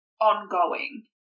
ongoing